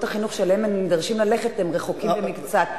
החינוך שאליהם הם נדרשים ללכת הם רחוקים במקצת.